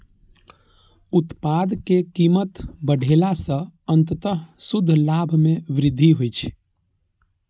उत्पाद के कीमत बढ़ेला सं अंततः शुद्ध लाभ मे वृद्धि होइ छै